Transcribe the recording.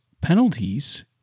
penalties